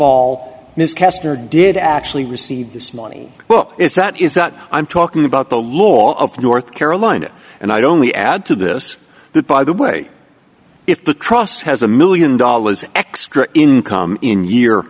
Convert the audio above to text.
kester did actually receive this money well it's that is that i'm talking about the law of north carolina and i'd only add to this that by the way if the trust has a million dollars extra income in year